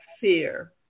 fear